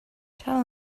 tell